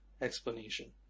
explanation